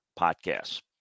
podcasts